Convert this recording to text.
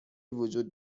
وجود